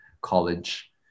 college